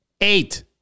Eight